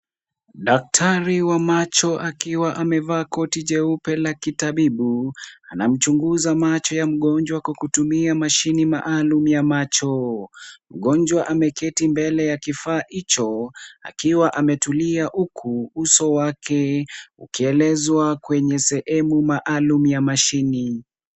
Daktari wa macho akiwa amevaa koti jeupe la kitabibu. Anamchunguza macho ya mgonjwa kwa kutumia mashini maalum ya macho. Mgonjwa ameketi mbele ya kifaa hicho, akiwa ametulia huku uso wake ukielezwa kwenye sehemu maalum ya mashini .